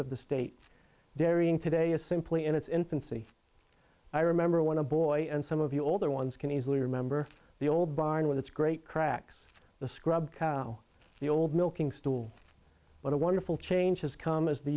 of the states dairying today is simply in its infancy i remember when a boy and some of the older ones can easily remember the old barn with its great cracks the scrub cow the old milking stool but a wonderful change has come as the